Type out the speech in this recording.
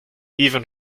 even